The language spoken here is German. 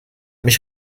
mich